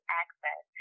access